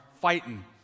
fighting